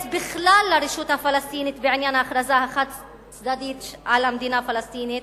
בכלל לרשות הפלסטינית בעניין ההכרזה החד-צדדית על מדינה פלסטינית,